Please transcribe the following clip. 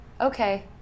Okay